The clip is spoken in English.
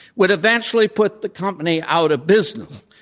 would eventually put the company out of business,